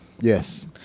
Yes